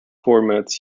formats